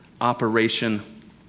Operation